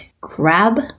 grab